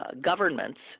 governments